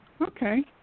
okay